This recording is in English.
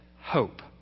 hope